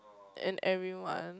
and everyone